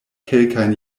kelkajn